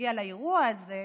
מגיע לאירוע הזה,